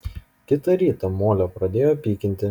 kitą rytą molę pradėjo pykinti